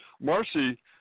Marcy